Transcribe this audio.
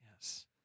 Yes